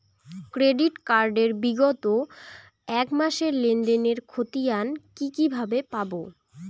Credit card এর বিগত এক মাসের লেনদেন এর ক্ষতিয়ান কি কিভাবে পাব?